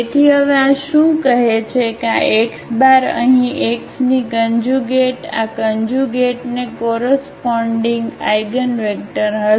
તેથી હવે આ શું કહે છે કે આ x અહીં x ની કન્જ્યુગેટ આ કન્જ્યુગેટ ને કોરસપોન્ડીગ આઇગનવેક્ટર હશે